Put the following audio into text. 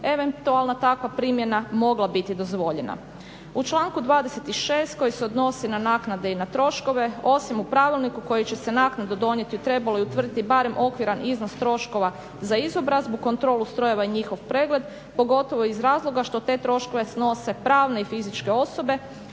eventualna takva primjena mogla biti dozvoljena. U članku 26. koji se odnosi na naknade i na troškove, osim u pravilniku koji će se naknadno donijeti trebalo je utvrditi barem okviran iznos troškova za izobrazbu, kontrolu strojeva i njihov pregled pogotovo iz razloga što te troškove snose pravne i fizičke osobe